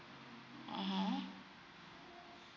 mmhmm